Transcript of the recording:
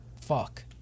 Fuck